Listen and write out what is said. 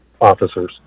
officers